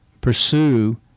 pursue